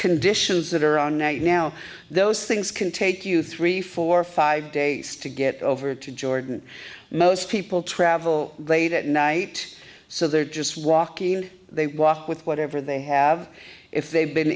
conditions that are on net now those things can take you three four five days to get over to jordan most people travel late at night so they're just walking they walk with whatever they have if they've been